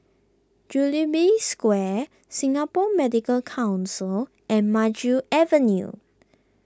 Jubilee Square Singapore Medical Council and Maju Avenue